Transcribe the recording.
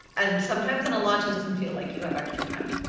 and sometimes in a launch it doesn't feel like you have extra time.